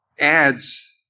adds